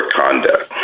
conduct